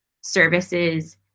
services